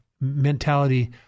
mentality